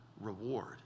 reward